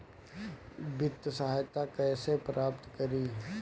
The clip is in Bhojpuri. वित्तीय सहायता कइसे प्राप्त करी?